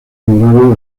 honorario